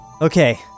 Okay